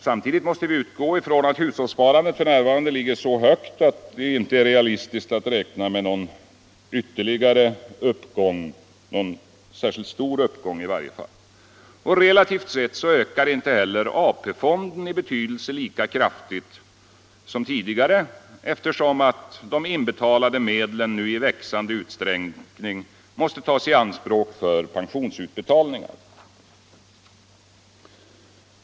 Samtidigt måste vi utgå från att hushållssparandet för närvarande ligger så högt att det inte är realistiskt att räkna med någon ytterligare uppgång — i varje fall någon särskilt stor uppgång. Relativt sett ökar inte heller AP fonden i betydelse lika kraftigt som tidigare, eftersom de inbetalade medlen nu i växande utsträckning måste tas i anspråk för pensionsutbetalningar.